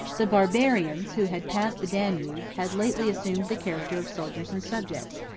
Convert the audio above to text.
the barbarians, who had passed the danube, had lately assumed the character of soldiers and subjects,